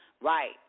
Right